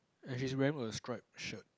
and he's wearing a scribe shirt